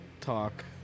talk